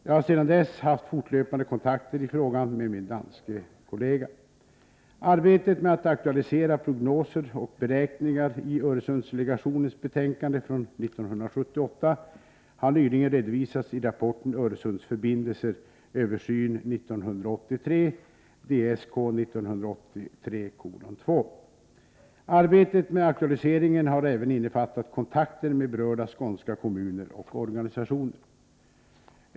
Jag har sedan dess haft fortlöpande kontakter i frågan med min danske kollega. Arbetet med att aktualisera prognoser och beräkningar i Öresundsdelegationens betänkande från 1978 har nyligen redovisats i rapporten Öresundsförbindelser — översyn 1983 . Arbetet med aktualiseringen har även innefattat kontakter med berörda skånska kommuner och organisationer.